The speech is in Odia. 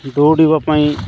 ଦୌଡ଼ିବା ପାଇଁ